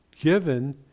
given